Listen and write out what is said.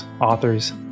authors